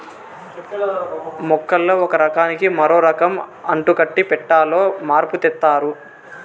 మొక్కల్లో ఒక రకానికి మరో రకం అంటుకట్టి పెట్టాలో మార్పు తెత్తారు